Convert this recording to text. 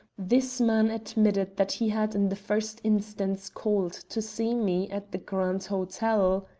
this man admitted that he had in the first instance called to see me at the grand hotel.